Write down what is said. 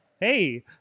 Hey